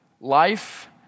Life